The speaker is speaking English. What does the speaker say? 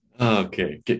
Okay